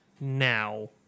now